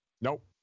Nope